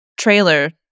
trailer